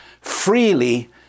freely